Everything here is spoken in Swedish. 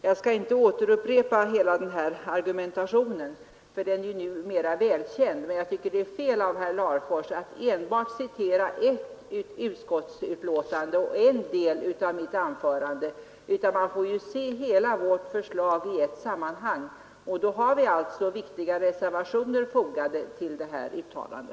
Jag skall inte upprepa hela argumentationen i frågan, eftersom den numera är välkänd, men jag tycker att det är fel av herr Larfors att citera endast ett utskottsuttalande och bara denna del av mitt anförande. Man måste se hela utskottets förslag i ett sammanhang och ta hänsyn till att vi har gjort viktiga reservationer till detta uttalande.